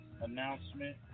announcement